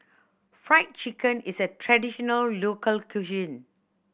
Fried Chicken is a traditional local cuisine